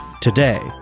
today